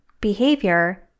behavior